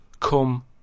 come